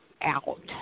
out